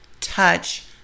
touch